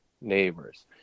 neighbors